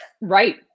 Right